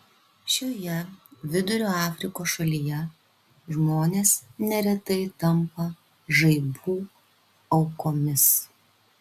šioje vidurio afrikos šalyje žmonės neretai tampa žaibų aukomis